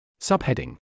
Subheading